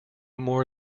more